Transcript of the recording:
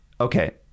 okay